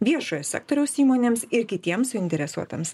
viešojo sektoriaus įmonėms ir kitiems suinteresuotiems